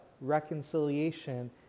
reconciliation